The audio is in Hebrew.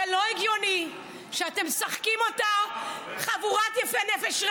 זה לא הגיוני שאתם משחקים אותה חבורת יפי נפש.